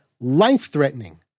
life-threatening